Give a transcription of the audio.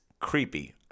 creepy